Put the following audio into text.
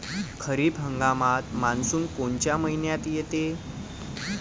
खरीप हंगामात मान्सून कोनच्या मइन्यात येते?